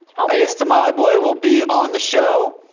ah i guess to molly boy will be on the show.